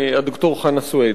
ד"ר חנא סוייד.